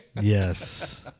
Yes